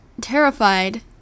Terrified